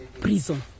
Prison